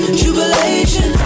jubilation